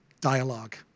dialogue